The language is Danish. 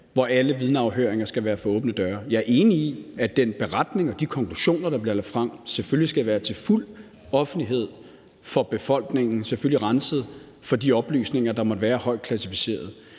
hvor alle vidneafhøringer skal være for åbne døre. Jeg er enig i, at den beretning og de konklusioner, der bliver lagt frem, selvfølgelig skal være til fuld offentlighed for befolkningen, selvfølgelig renset for de oplysninger, der måtte være højt klassificerede.